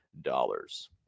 dollars